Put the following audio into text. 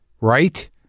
Right